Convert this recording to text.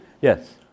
Yes